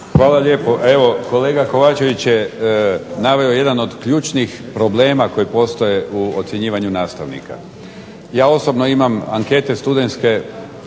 Hvala lijepo. Evo kolega Kovačević je naveo jedan od ključnih problema koje postoje u ocjenjivanju nastavnika. Ja osobno imam ankete studentske